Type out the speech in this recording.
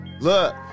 Look